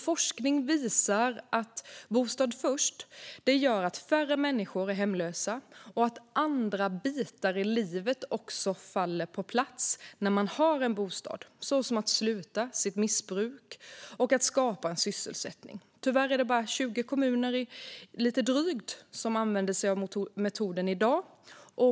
Forskning visar att Bostad först leder till att färre är hemlösa och att andra bitar i livet faller på plats när man har en bostad, såsom att avsluta ett missbruk och att skapa en sysselsättning. Tyvärr är det bara lite drygt 20 kommuner som använder sig av metoden i dag.